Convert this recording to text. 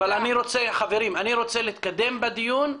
אבל חברים, אני רוצה להתקדם בדיון.